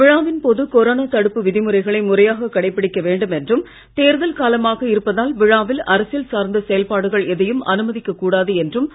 விழாவின் போது கொரோனா தடுப்பு விதிமுறைகளை முறையாகக் கடைபிடிக்க வேண்டும் என்றும் தேர்தல் காலமாக இருப்பதால் விழாவில் அரசியல் சார்ந்த செயல்பாடுகள் எதையும் அனுமதிக்கக் கூடாது என்றும் அவர் கேட்டுக் கொண்டார்